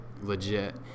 legit